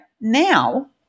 now